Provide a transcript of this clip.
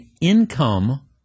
income